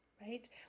right